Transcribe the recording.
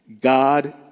God